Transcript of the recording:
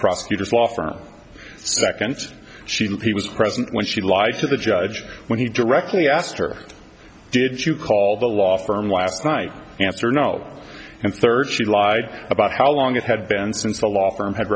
prosecutors law firm second she didn't he was present when she lied to the judge when he directly asked her did you call the law firm last night answer no and third she lied about how long it had been since the law firm had